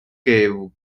gave